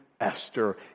Esther